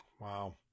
Wow